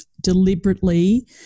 deliberately